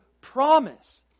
promise